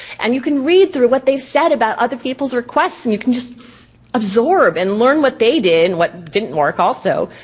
and you can read through what they've said about other people's requests and you can just absorb and learn what they did and what didn't work also.